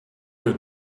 your